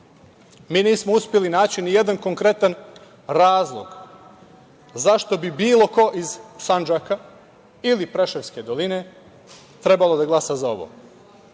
mi nismo uspeli način ni jedan konkretan razlog zašto bi bilo ko iz Sandžaka ili Preševske doline trebalo da glasa za ovo. Ako